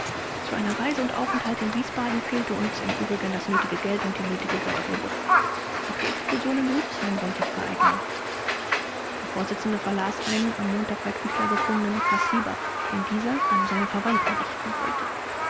zu einer reise und aufenthalt in wiesbaden fehlte uns im übrigen das nötige geld und die nötige garderobe auch die explosion in rüdesheim wollte ich vereiteln der vorsitzende verlas einen am montag bei küchler gefundenen kassiber den dieser an seine verwandten richten wollte